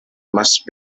must